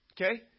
Okay